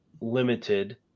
limited